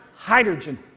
Hydrogen